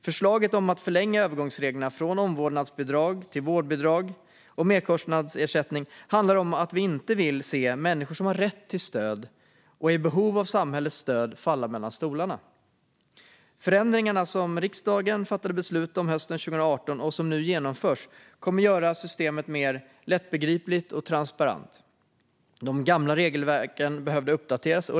Förslaget om att förlänga övergångsreglerna från omvårdnadsbidrag till vårdbidrag och merkostnadsersättning handlar om att vi inte vill se människor som har rätt till stöd och är i behov av samhällets stöd falla mellan stolarna. Förändringarna, som riksdagen fattade beslut om hösten 2018 och som nu genomförs, kommer att göra systemet mer lättbegripligt och transparent. De gamla regelverken behövde uppdateras.